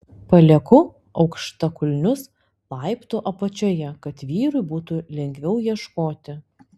palieku aukštakulnius laiptų apačioje kad vyrui būtų lengviau ieškoti